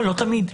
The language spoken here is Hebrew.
לא תמיד.